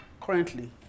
currently